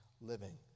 living